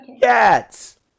Cats